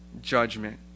judgment